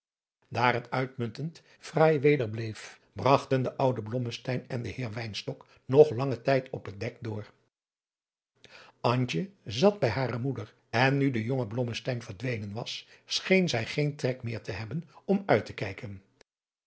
daar het uitmuntend sraai weder bleef bragten de oude blommesteyn en de heer wynstok nog langen tijd op het dek door antje zat bij hare moeder en nu de jonge blommesteyn verdwenen was scheen zij geen trek meer te hebben om uit te kijken